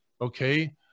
okay